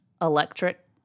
electric